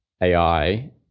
AI